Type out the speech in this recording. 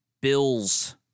Bills